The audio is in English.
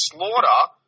Slaughter